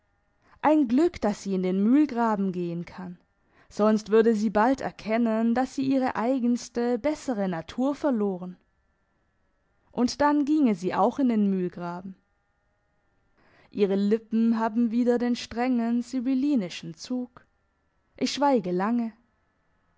ein glück dass sie in den mühlgraben gehen kann sonst würde sie bald erkennen dass sie ihre eigenste bessere natur verloren und dann ginge sie auch in den mühlgraben ihre lippen haben wieder den strengen sibyllinischen zug ich schweige lange